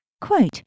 Quote